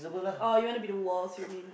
or you want to be the walls you mean